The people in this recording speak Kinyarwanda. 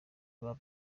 baba